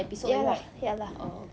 ya lah ya lah